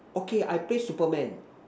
okay I play Superman